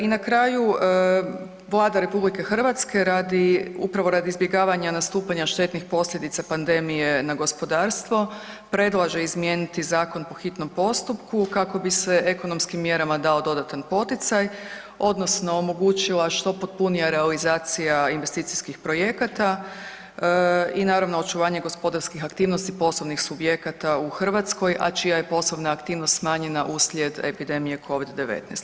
I na kraju, Vlada RH upravo radi izbjegavanja nastupanja štetnih posljedica pandemije na gospodarstvo, predlaže izmijeniti zakon po hitnom postupku kako bi se ekonomskim mjerama dao dodatan poticaj odnosno omogućila što potpunija realizacija investicijskih projekata i naravno. očuvanje gospodarskih aktivnosti poslovnih subjekata u Hrvatskoj a čija je poslovna aktivnost smanjena uslijed epidemije COVID-19.